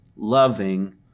loving